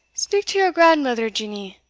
speak to your grandmither, jenny